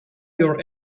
your